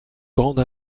grande